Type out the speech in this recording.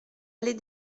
allée